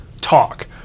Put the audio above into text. talk